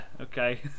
okay